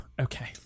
okay